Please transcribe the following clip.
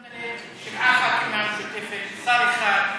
שמת לב, שבעה ח"כים מהרשימה המשותפת, שר אחד,